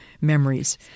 memories